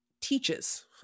teaches